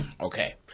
Okay